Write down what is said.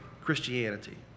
Christianity